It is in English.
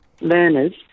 learners